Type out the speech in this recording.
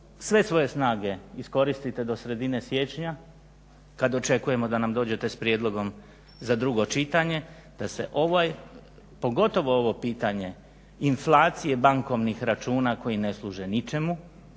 sve svoje snage iskoristite do sredine siječnja kad očekujemo da nam dođete s prijedlogom za drugo čitanje da se ovaj, pogotovo ovo pitanje inflacije bankovnih računa koji ne služe ničemu